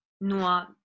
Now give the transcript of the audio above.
no